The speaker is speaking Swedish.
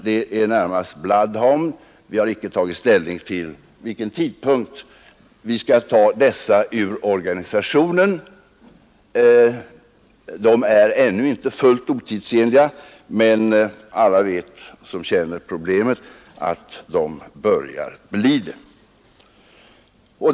Det gäller närmast Bloodhound. Vi har inte tagit ställning till vid vilken tidpunkt vi skall ta dessa ur organisationen. De är ännu inte fullt otidsenliga, men alla som känner problemet vet att de börjar bli det.